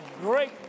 great